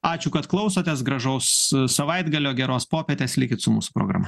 ačiū kad klausotės gražaus savaitgalio geros popietės likit su mūsų programa